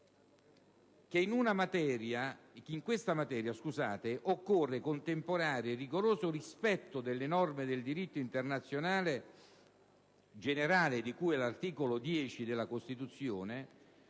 in questa materia occorre contemperare il rigoroso rispetto delle norme del diritto internazionale generale cui, secondo l'articolo 10 della Costituzione